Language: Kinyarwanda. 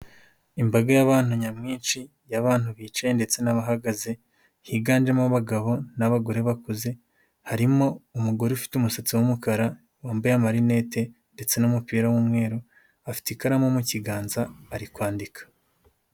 Imbaga y'abantu nyamwinshi y'abantu bicaye ndetse n'abahagaze higanjemo abagabo n'abagore bakuze, harimo umugore ufite umusatsi w'umukara wambaye marinette ndetse n'umupira w'umweru, afite ikaramu mu kiganza bari kwandika.